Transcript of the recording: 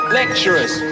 lecturers